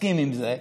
מסכים לזה,